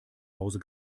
hause